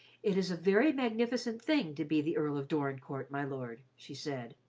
it is a very magnificent thing to be the earl of dorincourt, my lord, she said.